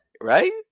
right